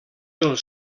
del